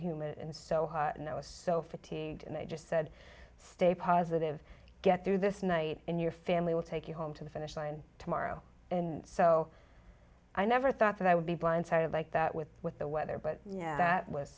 humid and so hot and i was so fatigued and they just said stay positive get through this night and your family will take you home to the finish line tomorrow and so i never thought that i would be blindsided like that with with the weather but yeah that was